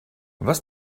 was